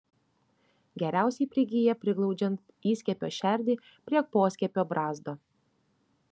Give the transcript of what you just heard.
geriausiai prigyja priglaudžiant įskiepio šerdį prie poskiepio brazdo